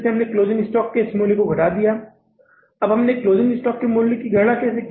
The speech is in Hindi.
हमने क्लोजिंग स्टॉक के इस मूल्य को घटा दिया है अब हमने इस क्लोजिंग स्टॉक के मूल्य की गणना कैसे की है